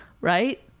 Right